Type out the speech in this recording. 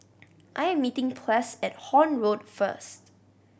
I'm meeting Ples at Horne Road first